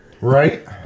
Right